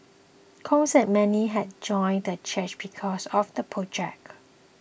Kong said many had joined the church because of the project